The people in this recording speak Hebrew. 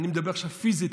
אני מדבר עכשיו פיזית,